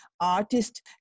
artist